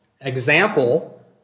example